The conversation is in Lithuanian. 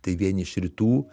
tai vieni iš rytų